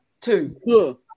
two